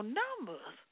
numbers